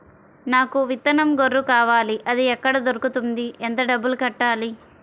నాకు విత్తనం గొర్రు కావాలి? అది ఎక్కడ దొరుకుతుంది? ఎంత డబ్బులు కట్టాలి?